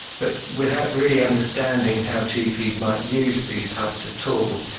but without really understanding how gps might use these types of tool.